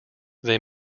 they